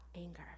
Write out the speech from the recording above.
anger